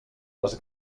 les